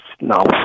no